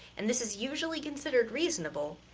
and this is usually considered reasonable.